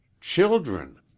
Children